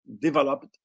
developed